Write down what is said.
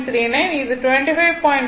39 இது 25 5